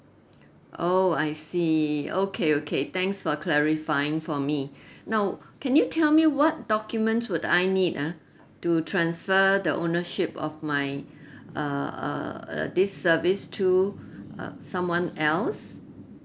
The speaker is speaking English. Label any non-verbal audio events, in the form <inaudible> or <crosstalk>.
oh I see okay okay thanks for clarifying for me <breath> now can you tell me what documents would I need ah to transfer the ownership of mine uh uh uh this service to err someone else